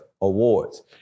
awards